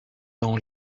dans